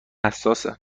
حساسه